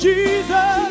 Jesus